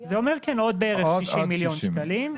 זה אומר עוד בערך 60 מיליון שקלים,